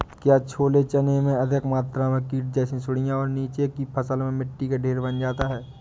क्या छोले चने में अधिक मात्रा में कीट जैसी सुड़ियां और नीचे की फसल में मिट्टी का ढेर बन जाता है?